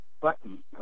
Button